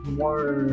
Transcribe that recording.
more